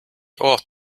ought